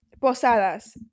posadas